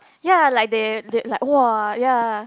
ya like they they like !wah! ya